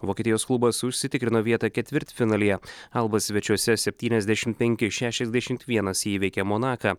vokietijos klubas užsitikrino vietą ketvirtfinalyje alba svečiuose septyniasdešim penki šešiasdešim vienas įveikė monaką